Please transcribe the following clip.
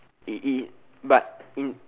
he he but he